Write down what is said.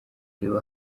reba